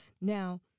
Now